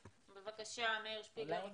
בבקשה, מאיר שפיגלר.